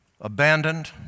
Abandoned